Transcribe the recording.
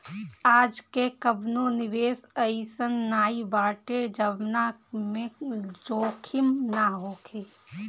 आजके कवनो निवेश अइसन नाइ बाटे जवना में जोखिम ना होखे